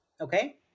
Okay